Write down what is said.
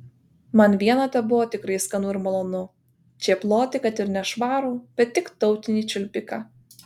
man viena tebuvo tikrai skanu ir malonu čėploti kad ir nešvarų bet tik tautinį čiulpiką